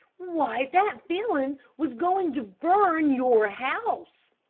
why that villain was going to burn your house.